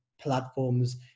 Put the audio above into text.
platforms